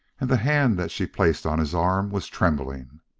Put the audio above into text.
and the hand that she placed on his arm was trembling.